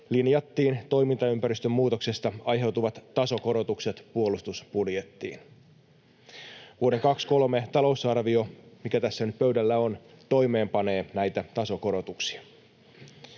linjattiin toimintaympäristön muutoksesta aiheutuvat tasokorotukset puolustusbudjettiin. Vuoden 23 talousarvio, mikä tässä nyt pöydällä on, toimeenpanee näitä tasokorotuksia.